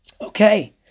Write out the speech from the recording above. Okay